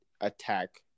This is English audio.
attack